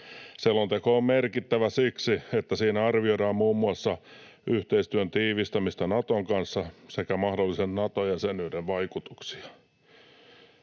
Selonteko on merkittävä siksi, että siinä arvioidaan muun muassa yhteistyön tiivistämistä Naton kanssa sekä mahdollisen Nato-jäsenyyden vaikutuksia.